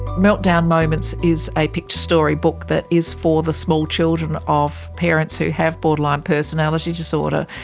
meltdown moments is a picture storybook that is for the small children of parents who have borderline personality disorder,